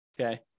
okay